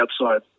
outside